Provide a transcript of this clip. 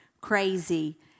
crazy